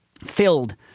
filled